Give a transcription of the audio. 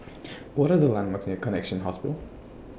What Are The landmarks near Connexion Hospital